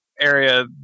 area